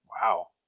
Wow